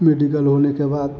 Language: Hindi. मेडिकल होने के बाद